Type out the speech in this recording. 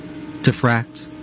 diffract